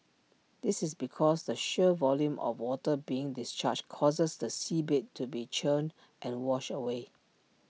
this is because the sheer volume of water being discharged causes the seabed to be churned and washed away